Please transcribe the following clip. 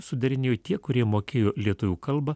sudarinėjo tie kurie mokėjo lietuvių kalbą